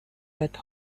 that